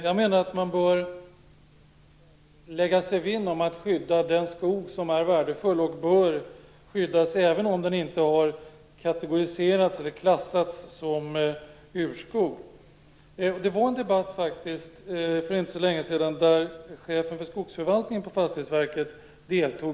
Jag menar att man bör lägga sig vinn om att skydda den skog som är värdefull, och som bör skyddas även om den inte har kategoriserats eller klassats som urskog. För inte så länge sedan fördes en debatt där chefen för skogsförvaltningen på Fastighetsverket deltog.